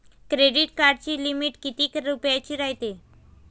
Credit कार्डाची limit कितीक रुपयाची रायते?